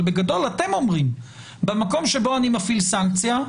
אבל בגדול אתם אומרים שבמקום שבו אני מפעיל סנקציה,